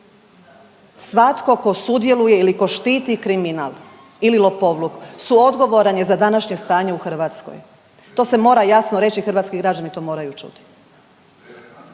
Svatko tko sudjeluje ili tko štiti kriminal ili lopovluk suodgovoran ja za današnje stanje u Hrvatskoj. To se mora jasno reći i hrvatski građani to moraju čuti.